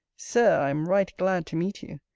sir, i am right glad to meet you,